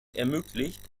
ermöglicht